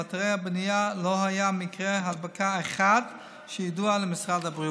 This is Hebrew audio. באתרי הבנייה לא היה מקרה הדבקה אחד שידוע למשרד הבריאות.